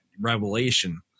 Revelation